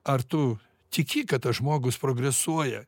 ar tu tiki kad tas žmogus progresuoja